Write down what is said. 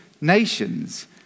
nations